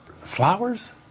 Flowers